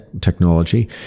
technology